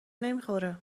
نمیخوره